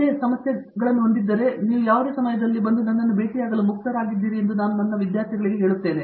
ಮೂರ್ತಿ ಮತ್ತು ನೀವು ಬೇರೆ ಯಾವುದೇ ಸಮಸ್ಯೆಗಳನ್ನು ಹೊಂದಿದ್ದರೆ ನೀವು ಯಾವುದೇ ಸಮಯದಲ್ಲಿ ಬಂದು ನನ್ನನ್ನು ಭೇಟಿಯಾಗಲು ಮುಕ್ತರಾಗಿದ್ದೀರಿ ಎಂದು ನಾನು ಅವರಿಗೆ ಹೇಳುತ್ತೇನೆ